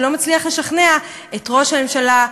שלא מצליח לשכנע את ראש הממשלה,